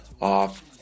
off